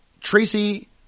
Tracy